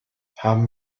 haben